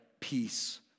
peace